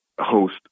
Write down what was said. host